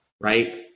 right